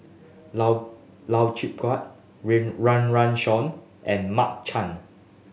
Lau Lau Chiap Khai Rain Run Run Shaw and Mark Chan